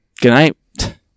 Goodnight